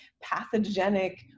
pathogenic